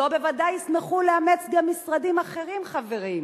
אותו בוודאי ישמחו לאמץ גם משרדים אחרים, חברים.